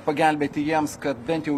pagelbėti jiems kad bent jau